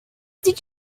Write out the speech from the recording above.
did